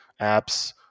apps